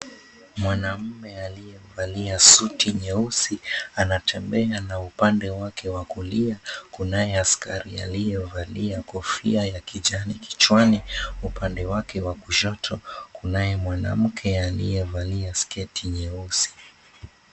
Mwanaume aliyevalia suti nyeusi, anatembea na upande wake wa kulia kunae askari aliyevalia kofia ya kijani kichwani, upande wake wa kushoto kunae mwanamke aliyevalia sketi nyeusi.